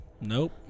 Nope